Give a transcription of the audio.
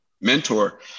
mentor